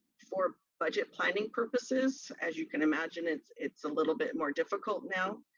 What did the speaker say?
for budget planning purposes, as you can imagine, it's it's a little bit more difficult now.